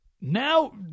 Now